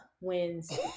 wins